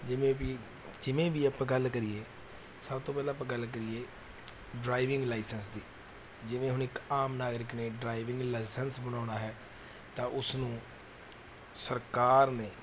ਜਿਵੇਂ ਵੀ ਜਿਵੇਂ ਵੀ ਆਪਾਂ ਗੱਲ ਕਰੀਏ ਸਭ ਤੋਂ ਪਹਿਲਾਂ ਆਪਾਂ ਗੱਲ ਕਰੀਏ ਡਰਾਈਵਿੰਗ ਲਾਈਸੈਂਸ ਦੀ ਜਿਵੇਂ ਹੁਣ ਇੱਕ ਆਮ ਨਾਗਰਿਕ ਨੇ ਡਰਾਈਵਿੰਗ ਲਾਈਸੈਂਸ ਬਣਾਉਣਾ ਹੈ ਤਾਂ ਉਸਨੂੰ ਸਰਕਾਰ ਨੇ